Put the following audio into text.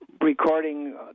recording